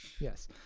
Yes